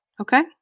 Okay